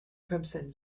crimson